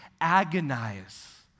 agonize